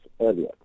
earlier